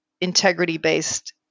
integrity-based